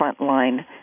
frontline